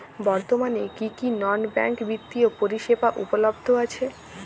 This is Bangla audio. বর্তমানে কী কী নন ব্যাঙ্ক বিত্তীয় পরিষেবা উপলব্ধ আছে?